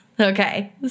Okay